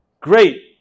Great